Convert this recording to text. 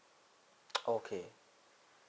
okay